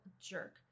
jerk